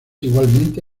igualmente